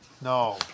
No